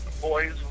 boys